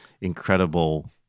incredible